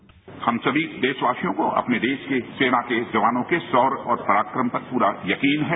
bite हम सभी देशवासियों को अपनी देश की सेना के जवानों के शौर्य और पराक्रम पर पूरा यकीन है